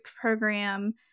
program